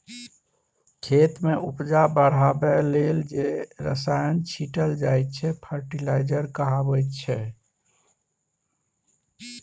खेत मे उपजा बढ़ाबै लेल जे रसायन छीटल जाइ छै फर्टिलाइजर कहाबै छै